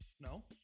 No